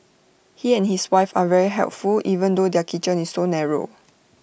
he and his wife are very helpful even though their kitchen is so narrow